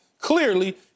clearly